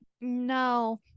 No